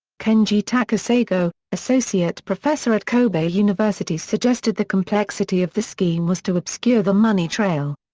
kenji takasago, associate professor at kobe university suggested the complexity of the scheme was to obscure the money trail.